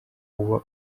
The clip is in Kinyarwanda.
uba